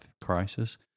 crisis